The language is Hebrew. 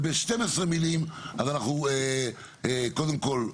וב-12 מילים, קודם כול,